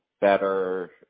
better